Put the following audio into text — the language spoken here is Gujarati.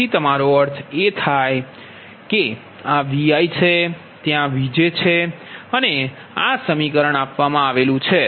તેથી તમારો અર્થ એ થાય કે આ Vi છે ત્યાં Vj છે અને આ સમીકરણ છે